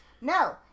No